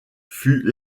fut